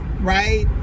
right